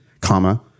comma